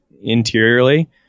interiorly